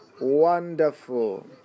Wonderful